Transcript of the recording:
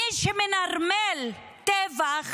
מי שמנרמל טבח